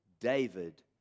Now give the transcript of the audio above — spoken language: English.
David